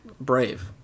brave